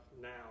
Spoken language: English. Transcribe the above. now